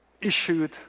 issued